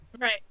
right